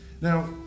now